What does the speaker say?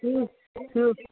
ಹ್ಞೂ ಹ್ಞೂ